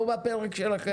הוא לא בפרק שלכם.